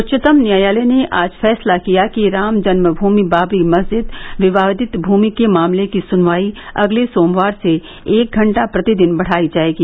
उच्चतम न्यायालय ने आज फैसला किया कि राम जन्म भूमि बाबरी मस्जिद विवादित भूमि के मामले की सुनवाई अगले सोमवार से एक घंटा प्रतिदिन बढ़ाई जाएगी